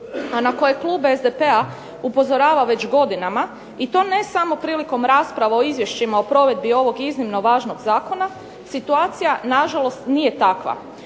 a na koje klub SDP-a upozorava već godinama i to ne samo prilikom rasprava o izvješćima o provedbi ovog iznimno važnog zakona, situacija nažalost nije takva.